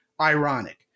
ironic